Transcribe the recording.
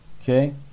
okay